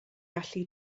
allu